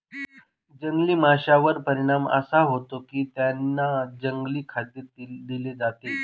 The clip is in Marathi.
जंगली माशांवर परिणाम असा होतो की त्यांना जंगली खाद्य दिले जाते